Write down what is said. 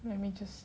let me just